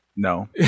No